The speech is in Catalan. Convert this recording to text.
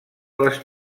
les